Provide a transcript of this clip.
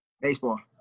Baseball